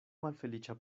malfeliĉa